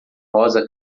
rosa